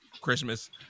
Christmas